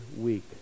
week